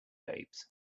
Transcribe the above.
babes